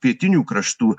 pietinių kraštų